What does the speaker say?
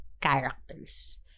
characters